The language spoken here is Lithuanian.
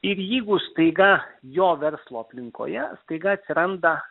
ir jeigu staiga jo verslo aplinkoje staiga atsiranda